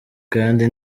kandi